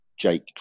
Jake